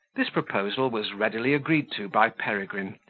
this proposal was readily agreed to by peregrine,